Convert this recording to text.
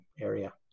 area